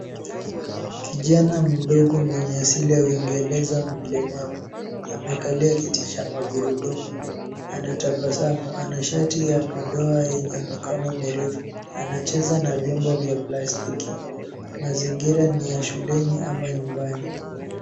Kijana mdogo mwenye asili ya uingereza mlemavu, amekalia kiti cha magurudumu. Anatabasamu. Ana shati ya madoa yenye mikono mirefu . Anacheza na vyombo vya plastiki . Mazingira ni ya shuleni ama nyumbani.